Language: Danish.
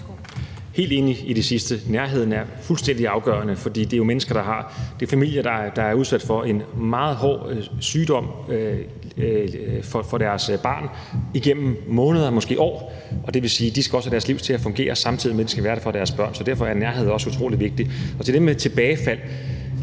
helt enig i det sidste. Nærheden er fuldstændig afgørende, for det er jo mennesker, familier, der har været udsat for en meget hård sygdom hos deres barn igennem måneder og måske år, og det vil også sige, at de skal have deres liv til at fungere, samtidig med at de skal være der for deres børn. Så derfor er nærhed også utrolig vigtigt. I forhold til det med tilbagefald